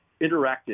interactive